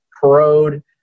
corrode